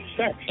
sex